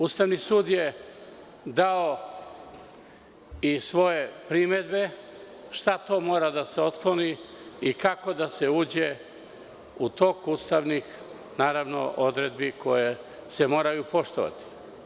Ustavni sud je dao i svoje primedbe, šta to mora da se otkloni i kako da se uđe u tok ustavnih, naravno odredbi koje se moraju poštovati.